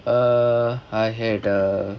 uh I had uh